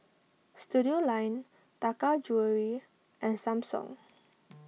Studioline Taka Jewelry and Samsung